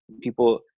people